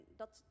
dat